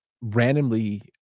randomly